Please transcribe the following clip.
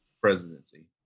presidency